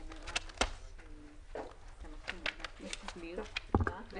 ננעלה בשעה 14:30.